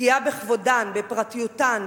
פגיעה בכבודן ובפרטיותן,